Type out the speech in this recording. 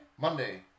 Monday